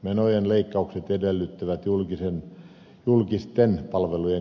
menojen leikkaukset edellyttävät julkisten palvelujen karsintaa